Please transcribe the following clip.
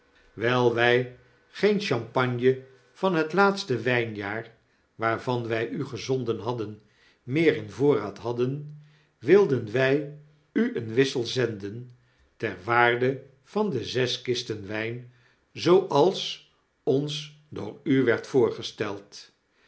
wyl wy geen champagne van het laatste wpjaar waarvan wy u gezonden hadden meer in voorraad hadden wilden wij u een wissel zenden ter waarde van de zes kisten wp zooals ons door u werd voorgesteld